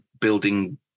building